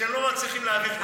שאתם לא מצליחים להעביר כלום.